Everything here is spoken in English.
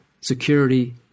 Security